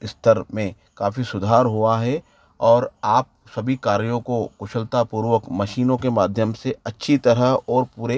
इस्तर काफ़ी सुधार हुआ हे और आप सभी कार्यों को कुशलतापूर्वक मशीनों के माध्यम से अच्छी तरह और पूरे